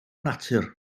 natur